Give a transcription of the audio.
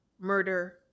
murder